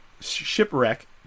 Shipwreck